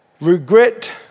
Regret